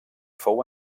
fou